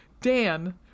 Dan